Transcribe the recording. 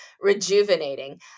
rejuvenating